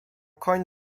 koń